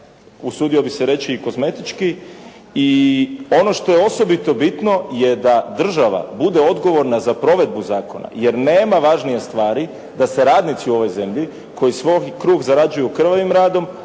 usudio bih se reći i kozmetički i ono što je osobito bitno je da država bude odgovorna za provedbu zakona jer nema važnije stvari da se radnici u ovoj zemlji koji svoj kruh zarađuju krvavim radom,